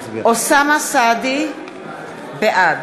אוסאמה סעדי, בעד